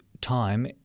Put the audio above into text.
time